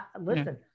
Listen